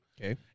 Okay